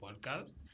podcast